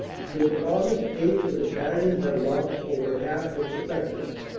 since aug. eight the battalion had lost over half its effectives.